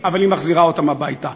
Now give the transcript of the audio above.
אבל היא מחזירה אותם הביתה.